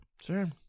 Sure